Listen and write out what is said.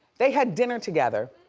they had dinner together,